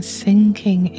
sinking